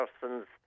person's